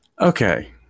Okay